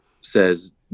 says